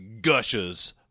gushes